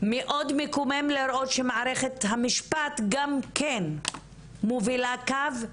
מאוד מקומם לראות שמערכת המשפט גם כן מובילה קו.